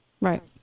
Right